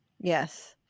Yes